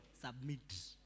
submit